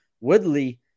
Woodley